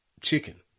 chicken